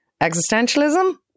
existentialism